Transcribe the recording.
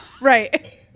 Right